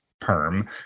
perm